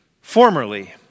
Formerly